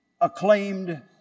acclaimed